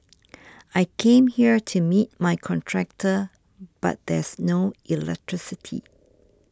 I came here to meet my contractor but there's no electricity